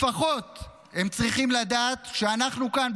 הם צריכים לדעת שאנחנו כאן,